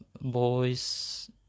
boys